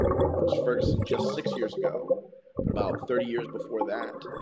it was ferguson just six years ago, but about thirty years before that,